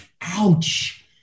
ouch